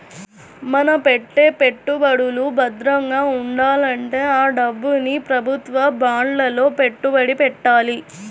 మన పెట్టే పెట్టుబడులు భద్రంగా ఉండాలంటే ఆ డబ్బుని ప్రభుత్వ బాండ్లలో పెట్టుబడి పెట్టాలి